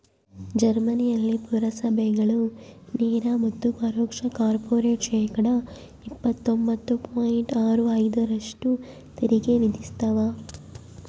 ಜರ್ಮನಿಯಲ್ಲಿ ಪುರಸಭೆಗಳು ನೇರ ಮತ್ತು ಪರೋಕ್ಷ ಕಾರ್ಪೊರೇಟ್ ಶೇಕಡಾ ಇಪ್ಪತ್ತೊಂಬತ್ತು ಪಾಯಿಂಟ್ ಆರು ಐದರಷ್ಟು ತೆರಿಗೆ ವಿಧಿಸ್ತವ